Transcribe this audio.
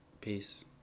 Peace